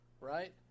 right